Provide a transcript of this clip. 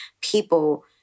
people